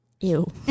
Ew